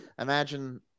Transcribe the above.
imagine